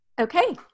Okay